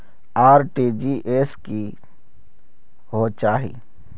RTGS की होचए?